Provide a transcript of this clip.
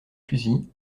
fusils